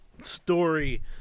story